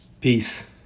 Peace